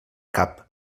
cap